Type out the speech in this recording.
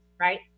right